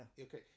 Okay